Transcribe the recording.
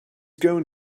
going